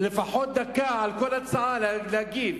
לפחות דקה על כל הצעה להגיב?